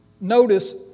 Notice